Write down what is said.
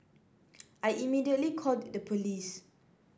I immediately called the police